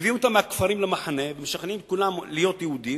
מביאים אותם מהכפרים למחנה ומשכנעים את כולם להיות יהודים,